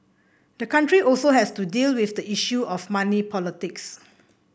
the country also has to deal with the issue of money politics